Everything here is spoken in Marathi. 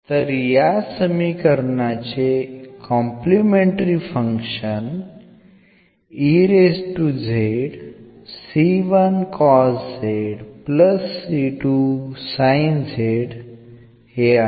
तर या समीकरणाचे कॉम्प्लिमेंटरी फंक्शन हे आहे